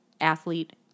athlete